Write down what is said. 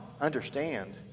understand